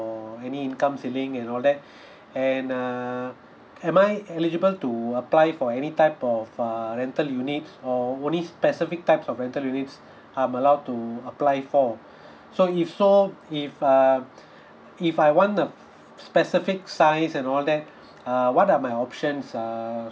or any income ceiling and all that and uh am I eligible to apply for any type of uh rental unit or only specific types of rental units I'm allowed to apply for so if so if uh if I want a specific size and all that uh what are my options err